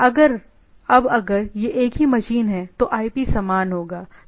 ज्यादातर मामलों में यह आईपी प्रोटोकॉल है लेकिन फिर भी यह इस कंबीनेशन के उस चीज को परिभाषित करता है